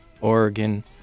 Oregon